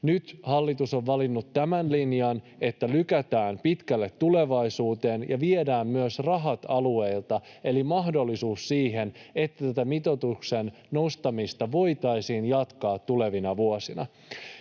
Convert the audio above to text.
Nyt hallitus on valinnut tämän linjan, että lykätään pitkälle tulevaisuuteen ja viedään myös rahat alueilta, eli mahdollisuus siihen, että tätä mitoituksen nostamista voitaisiin jatkaa tulevina vuosina.